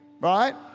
right